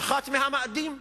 נחת מהמאדים.